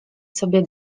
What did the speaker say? sobie